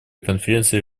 конференции